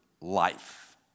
life